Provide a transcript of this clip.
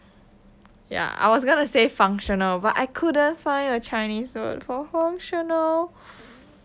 ya I was gonna say functional but I couldn't find a chinese word for functional